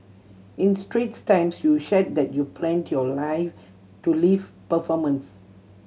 in Straits Times you shared that you planned your life to live performance